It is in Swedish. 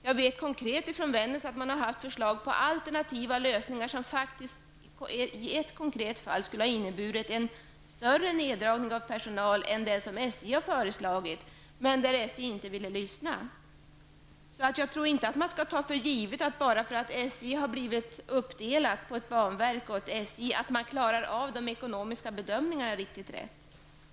Jag vet konkret ifrån Vännäs att man haft förslag på alternativa lösningar som faktiskt i ett konkret fall skulle ha inneburit en större neddragning av personal än den som SJ föreslagit. Men SJ ville inte lyssna. Jag tror därför inte att man skall ta för givet att SJ, bara av den anledningen att man blivit uppdelat på ett banverk och ett SJ, klarar av de ekonomiska bedömningarna riktigt rätt.